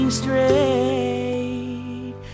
straight